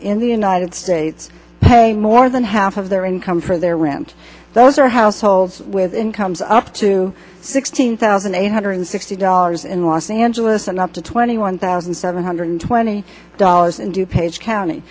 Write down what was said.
in the united states pay more than half of their income for their rent those are households with incomes up to sixteen thousand eight hundred sixty dollars in los angeles and up to twenty one thousand seven hundred twenty dollars and you pay county